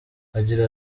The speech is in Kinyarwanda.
agira